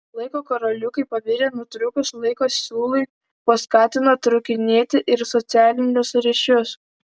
laiko karoliukai pabirę nutrūkus laiko siūlui paskatino trūkinėti ir socialinius ryšius